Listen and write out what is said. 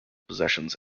possessions